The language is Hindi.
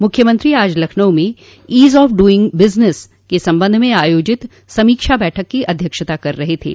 मुख्यमंत्री आज लखनऊ में ईज ऑफ डूइग बिजनेश के संबंध में आयोजित समीक्षा बैठक की अध्यक्षता कर रहे थे